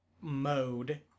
mode